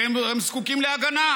והם זקוקים להגנה.